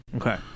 Okay